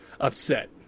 upset